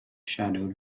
shadow